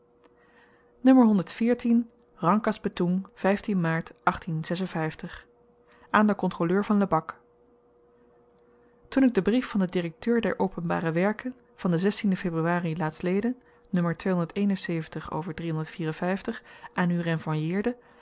rangkas betoeng maart aan den kontroleur van lebak toen ik den brief van den direkteur der openbare werken van den ebruari laat